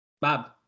Bob